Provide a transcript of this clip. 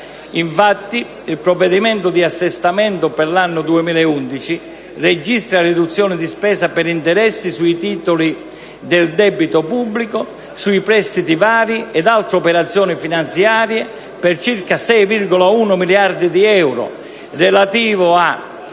Infatti, il provvedimento di assestamento per l'anno 2011 registra riduzioni di spesa per interessi sui titoli del debito pubblico, sui prestiti vari ed altre operazioni finanziarie, per circa 6,1 miliardi di euro, relativi a: